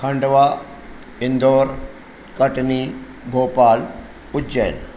Khandwa Indore Katni Bhopal Ujjain